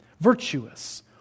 virtuous